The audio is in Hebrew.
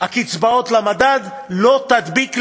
הקצבאות למדד, לא תדביק לעולם.